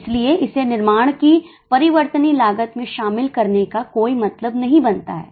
इसलिए इसे निर्माण की परिवर्तनीय लागत में शामिल करने का कोई मतलब नहीं बनता है